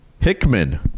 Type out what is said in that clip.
hickman